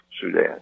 Sudan